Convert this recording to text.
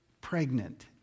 pregnant